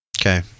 Okay